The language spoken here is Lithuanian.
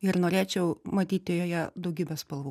ir norėčiau matyti joje daugybę spalvų